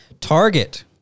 Target